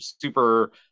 super